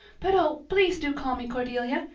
but, oh, please do call me cordelia.